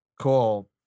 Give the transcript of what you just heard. cool